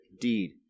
deed